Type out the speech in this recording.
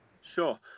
Sure